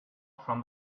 from